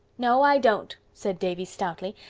no, i don't, said davy stoutly.